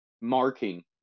marking